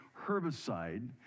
herbicide